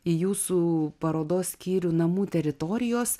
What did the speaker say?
į jūsų parodos skyrių namų teritorijos